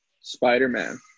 Spider-Man